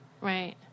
right